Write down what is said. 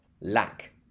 lack